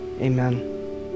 amen